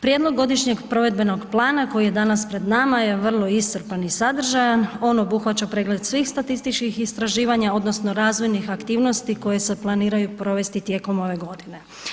Prijedlog godišnjeg provedbenog plana koji je danas pred nama je vrlo iscrpan i sadržajan, on obuhvaća svih statističkih istraživanja odnosno razvojnih aktivnosti koje se planiraju provesti tijekom ove godine.